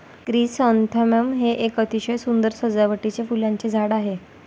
chrysanthemum हे एक अतिशय सुंदर सजावटीचे फुलांचे झाड आहे